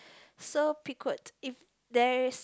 so if there is